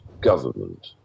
government